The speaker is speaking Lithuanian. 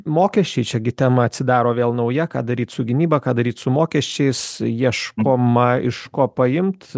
mokesčiai čia gi tema atsidaro vėl nauja ką daryt su gynyba ką daryt su mokesčiais ieškoma iš ko paimt